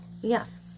Yes